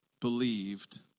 believed